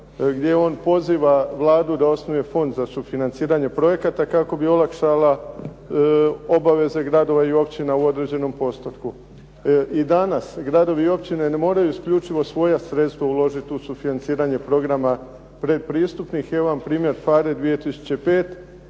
gdje on poziva Vladu da osnuje fond za sufinanciranje projekata kako bi olakšala obaveze gradova i općina u određenom postotku. I danas gradovi i općine ne moraju isključivo svoja sredstva uložit u sufinanciranje programa predpristupnih. Evo vam primjer PHARE 2005